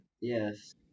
Yes